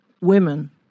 women